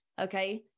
Okay